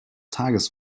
tages